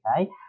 okay